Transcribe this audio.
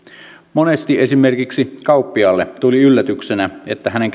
monesti esimerkiksi kauppiaalle tuli yllätyksenä että hänen